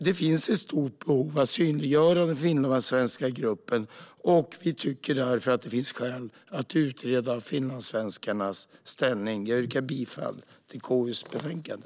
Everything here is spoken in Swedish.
Det finns ett stort behov av att synliggöra den finlandssvenska gruppen, och vi tycker därför att det finns skäl att utreda finlandssvenskarnas ställning. Jag yrkar bifall till förslaget i KU:s betänkande.